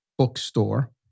bookstore